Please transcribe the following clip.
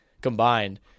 combined